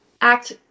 act